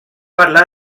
parlar